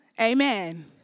Amen